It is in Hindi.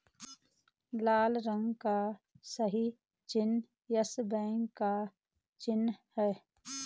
लाल रंग का सही चिन्ह यस बैंक का चिन्ह है